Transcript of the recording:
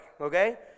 okay